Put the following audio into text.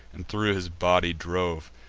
and thro' his body drove.